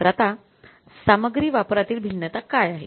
तर आता सामग्री वापरातील भिन्नता काय आहे